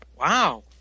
wow